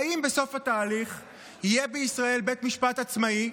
האם בסוף התהליך יהיה בישראל בית משפט עצמאי,